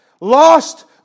Lost